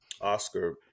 Oscar